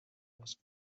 force